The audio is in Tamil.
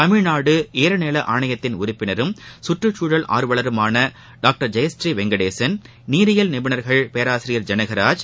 தமிழ்நாடு ஈர நில ஆணையத்தின் உறுப்பினரும் கற்றக்குழல் ஆர்வலருமாள டாக்டர் ஜெயஸ்ரீ வெங்கடேசன் நீரியல் நிபுணர்கள் பேராசிரியர் ஜனகராஜ்